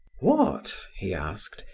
what, he asked,